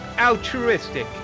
altruistic